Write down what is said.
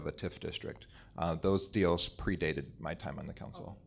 of a tiff district those deals predated my time on the council